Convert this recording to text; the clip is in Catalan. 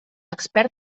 expert